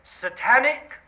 satanic